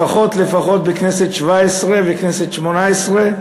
לפחות בכנסת השבע-עשרה ובכנסת השמונה-עשרה,